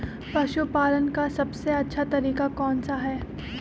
पशु पालन का सबसे अच्छा तरीका कौन सा हैँ?